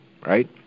right